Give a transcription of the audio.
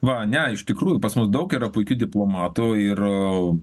va ne iš tikrųjų pas mus daug yra puikių diplomatų ir